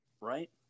right